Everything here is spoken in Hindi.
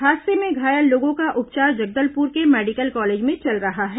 हादसे में घायल लोगों का उपचार जगदलपुर के मेडिकल कॉलेज में चल रहा है